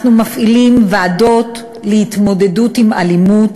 אנחנו מפעילים ועדות להתמודדות עם אלימות,